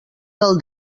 del